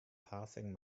passing